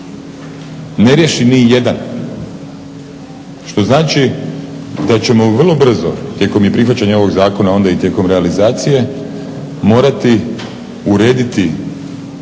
ne riješi nijedan, što znači da ćemo vrlo brzo tijekom i prihvaćanja ovoga zakona, a onda i tijekom realizacije morati urediti